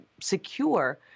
secure